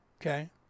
Okay